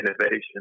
innovation